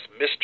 Mr